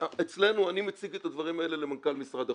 אני מציג את הדברים האלה למנכ"ל משרד החוץ.